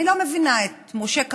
אני לא מבינה את משה כחלון,